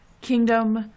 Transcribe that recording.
Kingdom